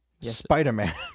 spider-man